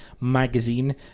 magazine